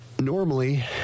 normally